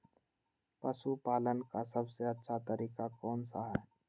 पशु पालन का सबसे अच्छा तरीका कौन सा हैँ?